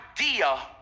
idea